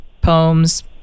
poems